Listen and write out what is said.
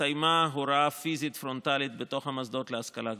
הסתיימה ההוראה הפיזית-פרונטלית בתוך המוסדות להשכלה גבוהה,